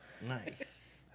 Nice